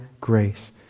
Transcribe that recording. grace